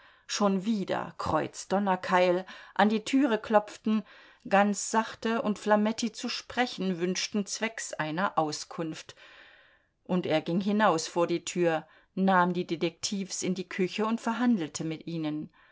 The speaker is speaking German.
schon wieder kreuzdonnerkeil an die türe klopften ganz sachte und flametti zu sprechen wünschten zwecks einer auskunft und er ging hinaus vor die tür nahm die detektivs in die küche und verhandelte mit ihnen